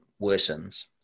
worsens